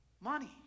money